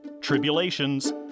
tribulations